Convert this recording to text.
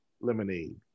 lemonade